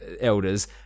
elders